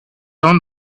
own